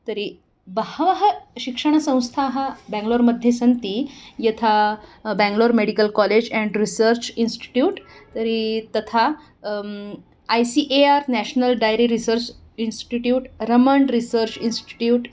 तर्हि बहवः शिक्षणसंस्थाः बेङ्गलोर् मध्ये सन्ति यथा Bangalore medical college and research institute तर्हि तथा I C A R national dairy research institute Raman research institute